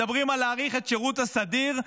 מדברים על להאריך את השירות הסדיר,